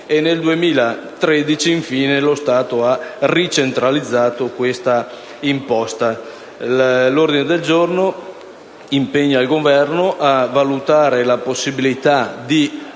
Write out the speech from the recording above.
nel 2013, lo Stato ha ricentralizzato questa imposta. L'ordine del giorno impegna il Governo a valutare la possibilità di